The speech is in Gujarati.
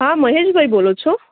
હા મહેશભાઈ બોલો છો